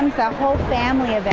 whole family